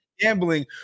gambling